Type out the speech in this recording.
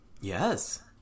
Yes